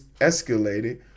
escalated